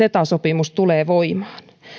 ceta sopimus tulee voimaan